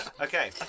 Okay